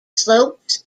slopes